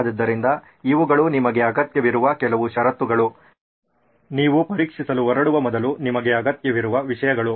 ಆದ್ದರಿಂದ ಇವುಗಳು ನಿಮಗೆ ಅಗತ್ಯವಿರುವ ಕೆಲವು ಷರತ್ತುಗಳು ನೀವು ಪರೀಕ್ಷಿಸಲು ಹೊರಡುವ ಮೊದಲು ನಿಮಗೆ ಅಗತ್ಯವಿರುವ ವಿಷಯಗಳು